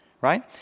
right